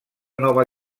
nova